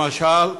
למשל,